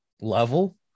level